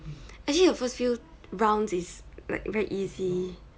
actually the first few rounds is like very easy